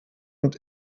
und